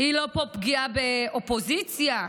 היא לא פגיעה באופוזיציה,